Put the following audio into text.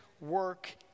work